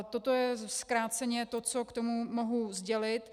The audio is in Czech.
Toto je zkráceně to, co k tomu mohu sdělit.